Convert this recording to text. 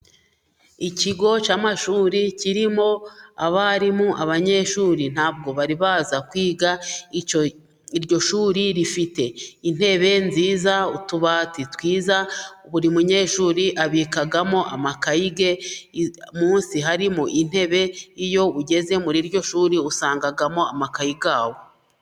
Ikigo cy'amashuri kirimo abarimu, abanyeshuri ntabwo bari baza kwiga. Iryo shuri rifite intebe nziza ,utubati twiza ,buri munyeshuri abikamo amakayi ye. Munsi harimo intebe iyo ugeze muri iryo shuri usangamo amakayi yawe.